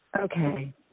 Okay